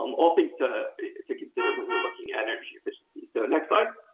um all things to to consider when you're looking at energy efficiency. so, next slide.